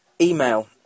email